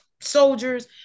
soldiers